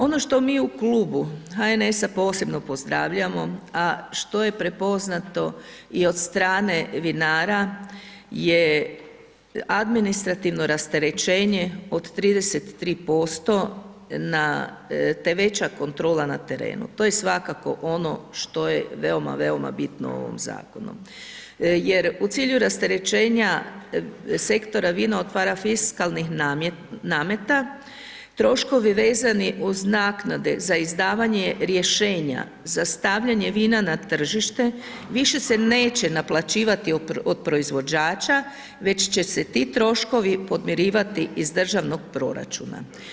Ono što mi u klubu HNS-a posebno pozdravljamo a što je prepoznato i od strane vinara je administrativno rasterećenje od 33% na, te veća kontrola na terenu, to je svakako ono što je veoma, veoma bitno u ovom zakonu jer u cilju rasterećenja sektora vina otvara fiskalnih nameta, troškovi vezani uz naknade za izdavanje rješenja za stavljanje vina na tržište, više se neće naplaćivati od proizvođača, već će se ti troškovi podmirivati iz državnog proračuna.